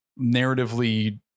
narratively